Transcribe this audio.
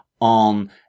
on